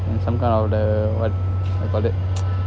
in some kind of the what what you call it